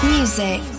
Music